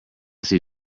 see